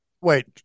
Wait